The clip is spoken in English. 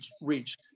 reach